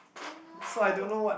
oh no